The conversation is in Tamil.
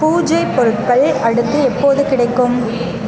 பூஜை பொருட்கள் அடுத்து எப்போது கிடைக்கும்